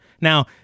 Now